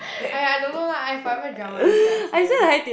!aiya! I don't know lah I forever drunk one sia serious